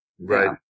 Right